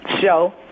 show